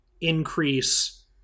increase